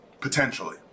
potentially